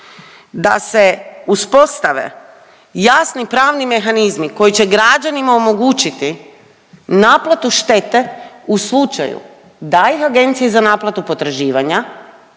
da se uspostave jasni pravni mehanizmi koji će građanima omogućiti naplatu štete u slučaju da ih agencija za naplatu potraživanja